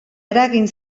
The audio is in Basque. eragin